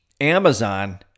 Amazon